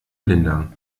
lindern